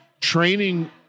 training